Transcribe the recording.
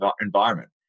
environment